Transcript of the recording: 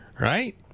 right